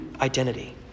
identity